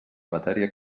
matèria